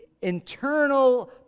internal